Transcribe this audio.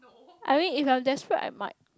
I mean if I was desperate I might